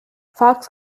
fox